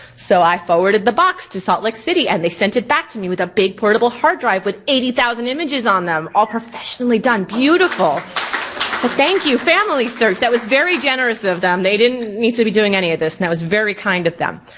so i forwarded the box to salt lake city and they sent it back to me with a big portable hard drive with eighty thousand images on them, all professionally done, beautiful. so thank you familysearch! that was very generous of them, they didn't need to be doing any of this and that was very kind of them.